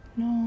no